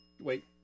Wait